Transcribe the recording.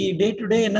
day-to-day